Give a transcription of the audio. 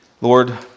Lord